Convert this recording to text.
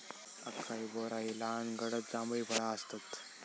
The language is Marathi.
अकाई बोरा ही लहान गडद जांभळी फळा आसतत